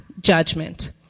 judgment